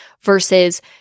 versus